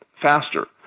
faster